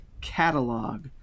catalog